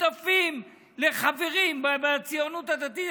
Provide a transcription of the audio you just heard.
שותפים לחברים בציונות הדתית,